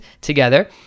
together